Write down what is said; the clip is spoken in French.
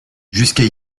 jusqu’à